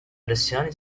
pressioni